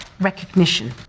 recognition